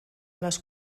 les